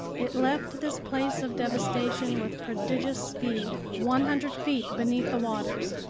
it left this place of devastation with prodigious speed, one hundred feet beneath the waters.